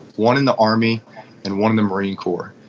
one in the army and one in the marine corps.